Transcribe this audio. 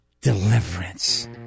deliverance